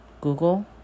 Google